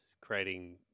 creating